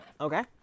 Okay